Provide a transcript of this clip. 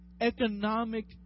economic